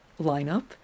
lineup